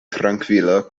trankvila